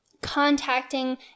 contacting